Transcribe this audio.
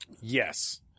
yes